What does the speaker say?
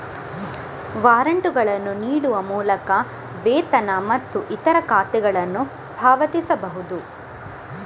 ವಾರಂಟುಗಳನ್ನು ನೀಡುವ ಮೂಲಕ ವೇತನ ಮತ್ತು ಇತರ ಖಾತೆಗಳನ್ನು ಪಾವತಿಸಬಹುದು